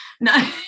No